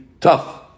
tough